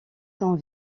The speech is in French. sans